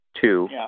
two